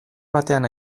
batean